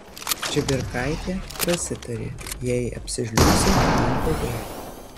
čibirkaitė prasitarė jei apsižliumbsiu man blogai